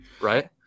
Right